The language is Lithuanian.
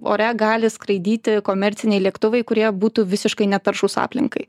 ore gali skraidyti komerciniai lėktuvai kurie būtų visiškai netaršūs aplinkai